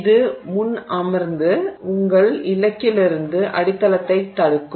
இது முன் அமர்ந்து உங்கள் இலக்கிலிருந்து அடித்தளத்தைத் தடுக்கும்